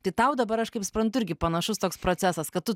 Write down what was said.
tai tau dabar aš kaip suprantu irgi panašus toks procesas kad tu